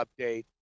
update